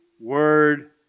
Word